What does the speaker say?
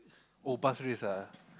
oh Pasir-Ris ah